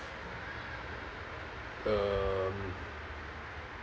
um